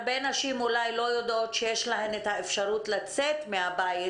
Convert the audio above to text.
הרבה נשים אולי לא יודעות שיש להן את האפשרות לצאת מהבית,